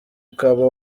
ukaba